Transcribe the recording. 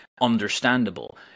Understandable